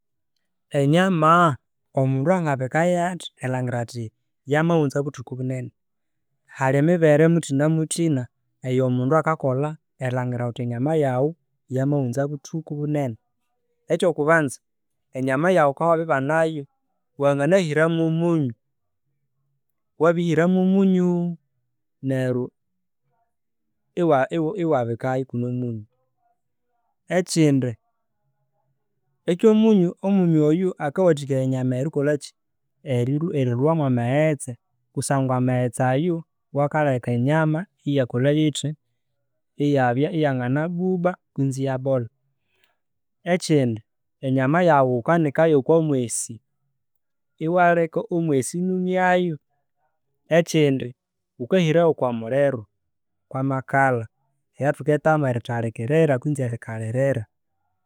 Enyama omundu angabikayo athi erilhangira ati yamaghunza buthtuku bunene? Hali emiringu muthtinamuthina eya mundu akaklha erilangira ghuthi enyama yaghu yamaghunza buthuku bunene. Ekya kubunza, enyama yaghu ghukabya wabiribanayo, wanganahira mwo munyu, wabirihira mwo munyuuuu neryo iwa- iwabi iwabikayo ikune omunyu. Ekindi, ekyomunyu, omunyu oyu akawathikaya enyama erikolha, erilwa mwa maghetse kusangwa amaghetse ayu wakaleka enyama iyaba iyangana koalhayithi, iyabya iyangana buba kwinzi iyabolha. Ekindi, enyama yaghu ghukanika yo kwa mwisi iwa leka omwisi iniumyayo. Ekindi, ghukahirayo okwa mulhiro, kwa makalha erya thukithamo eritalikirira kwinzi erikalirira.